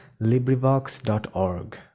LibriVox.org